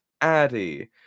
Addy